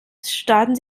starten